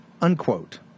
unquote